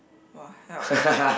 !wah! help